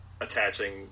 attaching